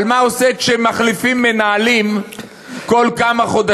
על מה זה עושה כשמחליפים מנהלים בכל כמה חודשים.